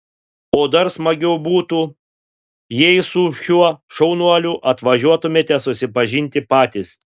o dar smagiau būtų jei su šiuo šaunuoliu atvažiuotumėte susipažinti patys